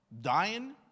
Dying